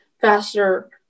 faster